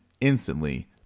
instantly